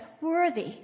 worthy